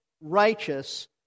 righteous